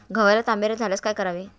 गव्हाला तांबेरा झाल्यास काय करावे?